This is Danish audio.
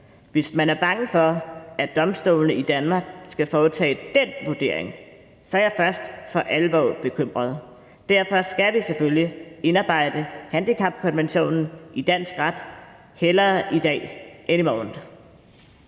Hvis man er bange for, at domstolene i Danmark skal foretage dén vurdering, så er jeg først for alvor bekymret. Derfor skal vi selvfølgelig indarbejde handicapkonventionen i dansk ret – hellere i dag end i morgen.